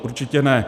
Určitě ne.